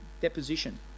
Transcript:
deposition